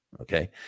Okay